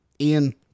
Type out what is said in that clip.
Ian